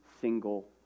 single